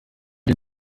den